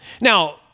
Now